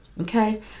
okay